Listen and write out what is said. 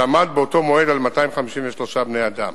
שעמד באותו מועד על 253 בני-אדם.